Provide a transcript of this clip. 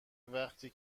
وقتی